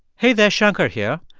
hey there, shankar here.